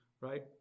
right